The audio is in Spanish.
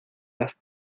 las